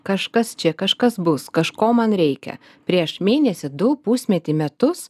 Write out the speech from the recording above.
kažkas čia kažkas bus kažko man reikia prieš mėnesį du pusmetį metus